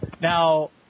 Now